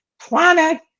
planet